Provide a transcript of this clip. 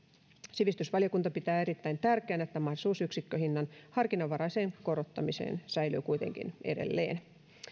sivistysvaliokunta pitää erittäin tärkeänä että mahdollisuus yksikköhinnan harkinnanvaraiseen korottamiseen säilyy kuitenkin edelleen